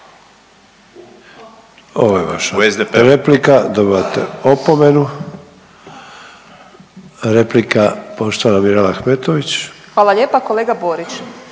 Ovo je vaša replika, dobivate opomenu. Replika poštovana Mirela Ahmetović. **Ahmetović,